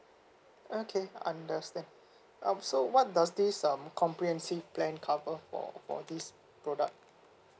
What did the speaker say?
okay understand um so what does this um comprehensive plan cover for for this product